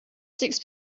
six